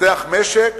מתפתח משק